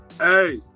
Hey